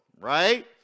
right